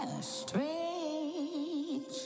strange